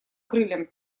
крыльям